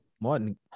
Martin